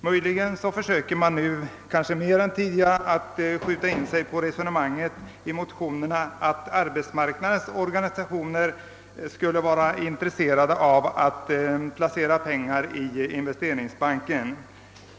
Möjligen söker man nu kanske mer än tidigare i motionerna skjuta in sig på resonemanget om att arbetsmarknadens organisationer skulle vara intresserade av att placera pengar i Investeringsbanken.